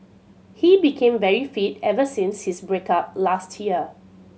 he became very fit ever since his break up last year